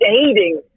Dating